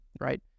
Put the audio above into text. right